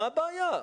מה הבעיה?